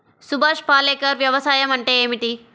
సుభాష్ పాలేకర్ వ్యవసాయం అంటే ఏమిటీ?